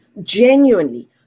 genuinely